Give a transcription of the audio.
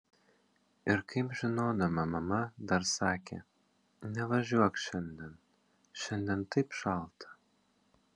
ir kaip žinodama mama dar sakė nevažiuok šiandien šiandien taip šalta